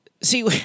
See